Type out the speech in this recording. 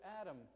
Adam